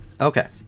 Okay